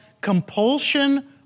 compulsion